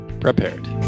prepared